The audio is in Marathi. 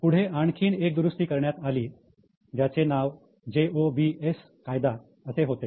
पुढे आणखीन एक दुरुस्ती करण्यात आली जेथे नाव जे ओ बि एस कायदा असे होते